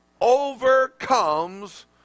overcomes